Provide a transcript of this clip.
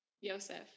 Yosef